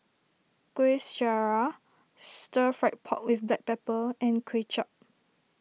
Kuih Syara Stir Fried Pork with Black Pepper and Kway Chap